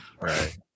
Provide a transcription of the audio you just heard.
Right